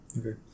Okay